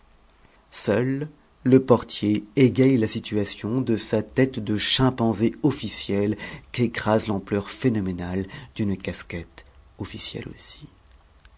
seul le portier égaye la situation de sa tête de chimpanzé officiel qu'écrase l'ampleur phénoménale d'une casquette officielle aussi